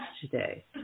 today